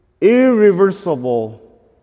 irreversible